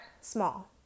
small